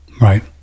Right